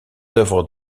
œuvres